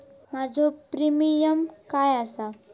माझो प्रीमियम काय आसा?